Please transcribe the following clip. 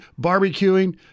barbecuing